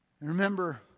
Remember